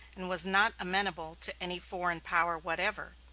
and was not amenable to any foreign power whatever.